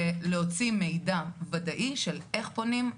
ולהוציא מידע ודאי של איך פונים,